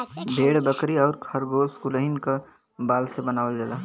भेड़ बकरी आउर खरगोस कुलहीन क बाल से बनावल जाला